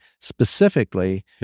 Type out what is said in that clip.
specifically